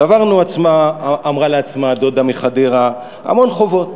צברנו, אמרה לעצמה הדודה מחדרה, המון חובות.